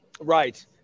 Right